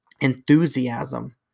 enthusiasm